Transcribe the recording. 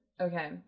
Okay